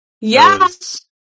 Yes